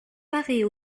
parer